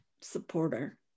supporter